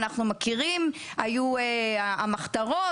היו המחתרות,